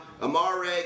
Amare